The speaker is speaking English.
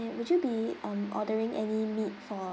would you be um ordering any meat for